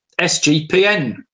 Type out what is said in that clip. SGPN